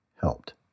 helped